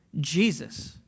Jesus